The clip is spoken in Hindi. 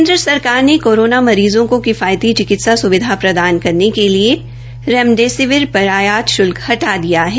केन्द्र सरकार ने कोरोना मरीज़ों को किफायती चिकित्सा सुविधा प्रदान करने के लिए रेमडेसिविर से आयात श्ल्क हटा लिया है